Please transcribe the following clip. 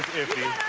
iffy.